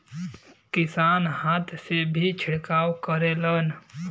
किसान हाथ से भी छिड़काव करेलन